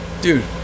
Dude